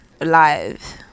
alive